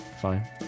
Fine